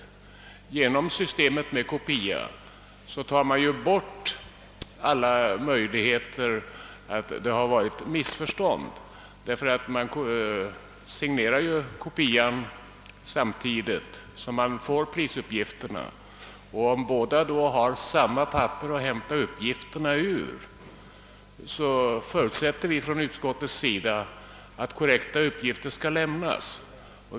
Jag vill framhålla, att man genom systemet med kopia ju tar bort alla möjligheter till missförstånd, ty handlaren signerar ju kopian samtidigt som prisombudet får prisuppgifterna. Om båda parter har samma papper att hämta uppgifterna ur, förutsätter vi inom utskottet att korrekta uppgifter skall lämnas.